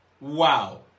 Wow